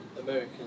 American